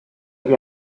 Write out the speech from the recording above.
gli